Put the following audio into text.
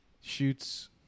shoots